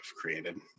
created